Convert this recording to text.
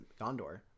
Gondor